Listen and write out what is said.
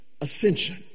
ascension